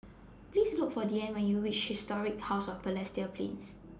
Please Look For Deane when YOU REACH Historic House of Balestier Plains